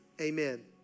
amen